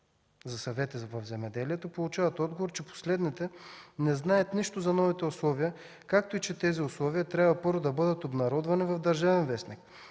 за съвети в земеделието, получават отговор, че последните не знаят нищо за новите условия, както и че тези условия първо трябва да бъдат обнародвани в „Държавен вестник”.